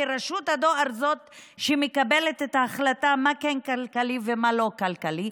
כי רשות הדואר היא שמקבלת את ההחלטה מה כן כלכלי ומה לא כלכלי.